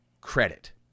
credit